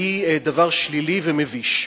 והיא דבר שלילי ומביש.